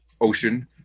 ocean